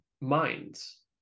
minds